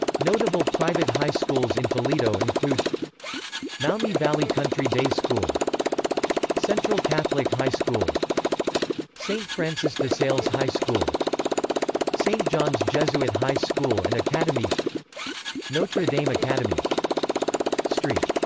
notable private high schools in toledo include maumee valley country day school central catholic high school st. francis de sales high school st. john's jesuit high school and academy notre dame academy st.